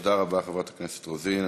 תודה רבה, חברת הכנסת רוזין.